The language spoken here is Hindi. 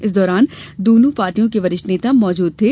इस दौरान दोनो पार्टियों के वरिष्ठ नेता मौजूद थे